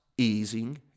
easing